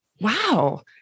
Wow